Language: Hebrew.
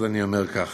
אני אומר כך,